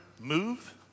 move